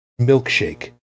milkshake